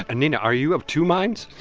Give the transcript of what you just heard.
ah nina, are you of two minds?